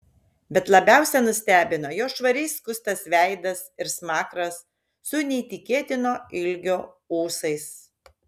bet labiausiai nustebino jo švariai skustas veidas ir smakras su neįtikėtino ilgio ūsais